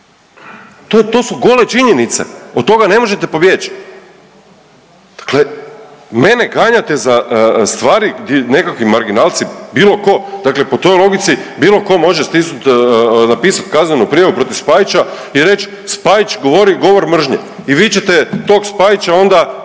to su gole činjenice, od toga ne možete pobjeći. Dakle mene ganjate za stvari di nekakvi marginalci, bilo tko, dakle po toj logici bilo tko može stisnut, napisat kaznenu prijavu protiv Spajića i reć Spajić govori govor mržnje i vi ćete tog Spajića onda